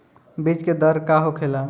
बीज के दर का होखेला?